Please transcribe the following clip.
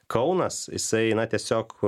kaunas jisai na tiesiog